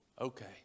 Okay